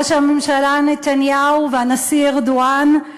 ראש הממשלה נתניהו והנשיא ארדואן,